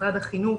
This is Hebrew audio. משרד החינוך,